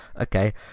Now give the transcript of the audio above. okay